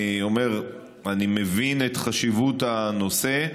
אני אומר: אני מבין את חשיבות הנושא,